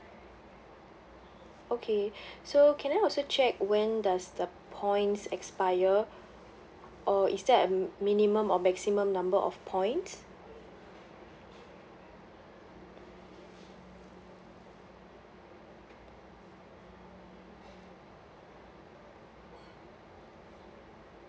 okay so can I also check when does the points expire or is that a mi~ minimum or maximum number of points